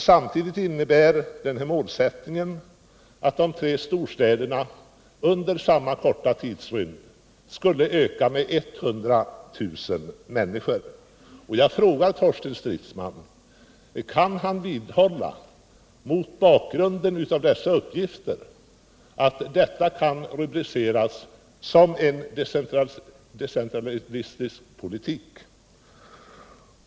Samtidigt innebär deras målsättning att de tre storstäderna under samma korta tidrymd skall öka med 100 000 människor. Jag vill fråga Torsten Stridsman om han mot bakgrund av dessa uppgifter kan vidhålla att detta kan rubriceras som en decentralistisk politik.